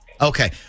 okay